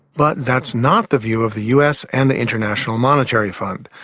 but that's not the view of the us and the international monetary fund.